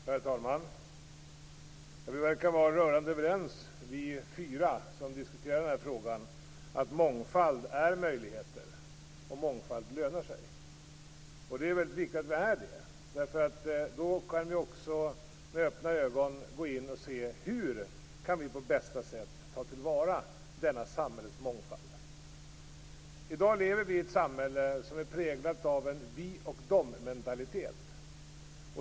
Herr talman! Vi fyra som diskuterar den här frågan verkar vara rörande överens om att mångfald innebär möjligheter och lönar sig. Det är väldigt viktigt att vi är överens, därför att då kan vi med öppna ögon gå in och se hur vi på bästa sätt kan ta till vara denna samhällets mångfald. I dag lever vi i ett samhälle som är präglat av en vi-och-de-mentalitet.